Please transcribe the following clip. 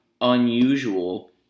unusual